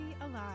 alive